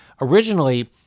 Originally